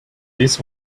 this